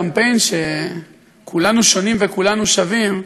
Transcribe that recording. קמפיין ש"כולנו שונים וכולנו שווים",